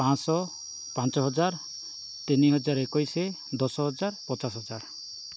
ପାଞ୍ଚ ଶହ ପାଞ୍ଚ ହଜାର ତିନି ହଜାର ଏକୋଇଶି ଦଶ ହଜାର ପଚାଶ ହଜାର